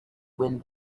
wind